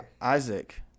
Isaac